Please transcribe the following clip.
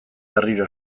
berriro